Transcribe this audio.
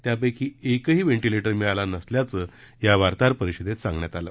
त्यापैकी एकही वेंटिलेटर मिळाला नसल्याचे या पत्रकार परिषदेत सांगण्यात आले